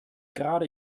gerade